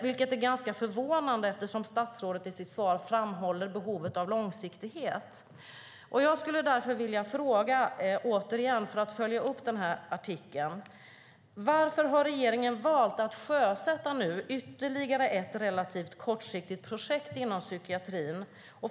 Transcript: Det är ganska förvånande eftersom statsrådet i sitt svar framhåller behovet av långsiktighet. Jag skulle därför återigen, för att följa upp artikeln, vilja ställa ett par frågor. För det första: Varför har regeringen valt att nu sjösätta ytterligare ett relativt kortsiktigt projekt inom psykiatrin?